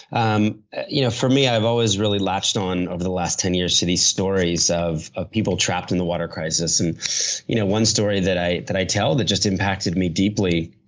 um you know for me, i've always really latched on over the last ten years to these stories of of people trapped in the water crisis. and you know one story that i that i tell that just impacted me deeply,